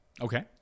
Okay